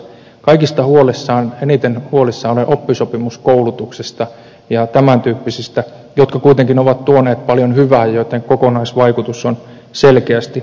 kaikista eniten huolissani olen oppisopimuskoulutuksesta ja tämäntyyppisistä jotka kuitenkin ovat tuoneet paljon hyvää ja joitten kokonaisvaikutus on selkeästi positiivinen